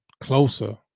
Closer